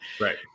Right